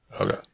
okay